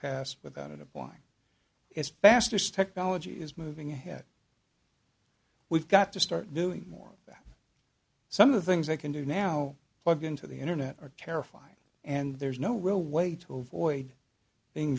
past without it applying as fast as technology is moving ahead we've got to start doing more that some of the things they can do now plug into the internet are terrifying and there's no real way to avoid being